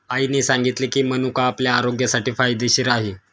आईने सांगितले की, मनुका आपल्या आरोग्यासाठी फायदेशीर आहे